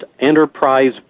enterprise